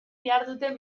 diharduten